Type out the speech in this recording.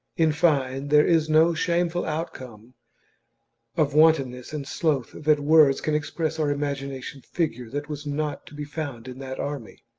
in fine, there is no shameful outcome of wantonness and sloth that words can express or imagination figure that was not to be found in that army,